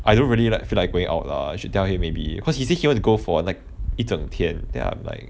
I don't really like feel like going out lah I should tell him maybe cause he say he wanna go for like 一整天 then I'm like